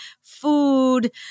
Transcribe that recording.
food